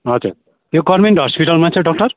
हजुर यो गभर्मेन्ट हस्पिटलमा चाहिँ डाक्टर